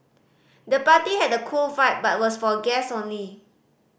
the party had a cool vibe but was for guests only